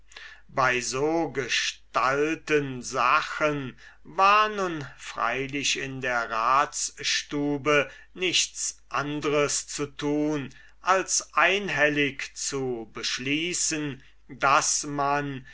bei so gestalten sachen war nun freilich in der ratsstube nichts anders zu tun als einhellig zu beschließen daß man